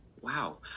Wow